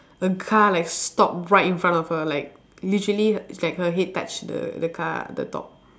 a car like stop right in front of her like literally it's like her head touch the the car the top